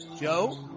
Joe